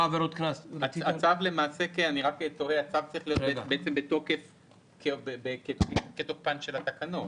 הצו צריך להיות בתוקף כתוקפן של התקנות.